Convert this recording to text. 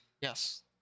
Yes